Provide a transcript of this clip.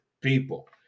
people